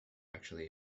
actually